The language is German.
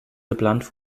geplant